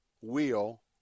wheel